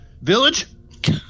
village